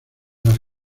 las